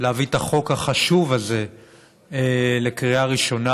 להביא את החוק החשוב הזה לקריאה ראשונה.